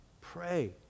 pray